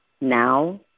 now